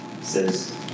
says